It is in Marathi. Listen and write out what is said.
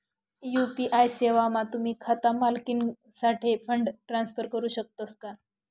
यु.पी.आय सेवामा तुम्ही खाता मालिकनासाठे फंड ट्रान्सफर करू शकतस का